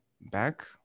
back